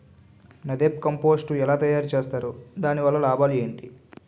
NADEP compost ఎలా తయారు చేస్తారు? దాని వల్ల లాభాలు ఏంటి?